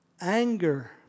Anger